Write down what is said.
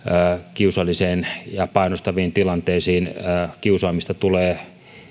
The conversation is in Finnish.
kiusallisiin ja painostaviin tilanteisiin kiusaamista tulee